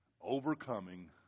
overcoming